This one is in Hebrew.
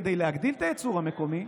כדי להגדיל את הייצור המקומי,